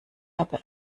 habe